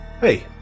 Hey